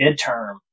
midterm